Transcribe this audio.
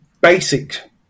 basic